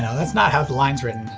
yeah that's not how the line's written.